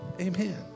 Amen